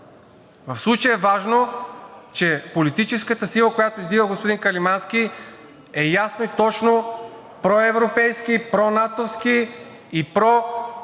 В случая е важно, че политическата сила, която издига господин Каримански, е ясно и точно проевропейска и пронатовска,